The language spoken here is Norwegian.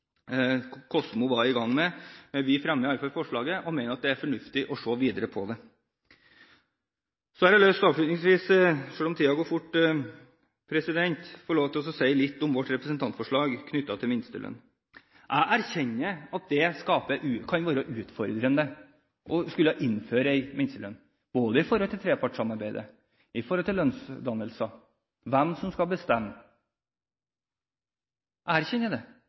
Kosmo var i gang med. Men vi fremmer iallfall forslaget og mener at det er fornuftig å se videre på det. Avslutningsvis har jeg lyst til – selv om tiden går fort – å si litt om vårt representantforslag knyttet til minstelønn. Jeg erkjenner at det kan være utfordrende å skulle innføre en minstelønn, med hensyn til både trepartssamarbeidet, lønnsdannelser og hvem som skal bestemme. Jeg erkjenner at det kan være utfordringer knyttet til det. Men derfor mener vi også at det